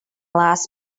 last